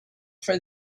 for